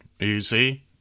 Easy